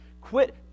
Quit